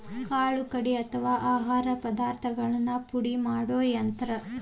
ಕಾಳು ಕಡಿ ಅಥವಾ ಆಹಾರ ಪದಾರ್ಥಗಳನ್ನ ಪುಡಿ ಮಾಡು ಯಂತ್ರ